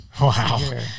Wow